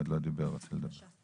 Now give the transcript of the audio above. עוד לא דיבר ורוצה לדבר.